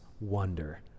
wonder